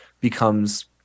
becomes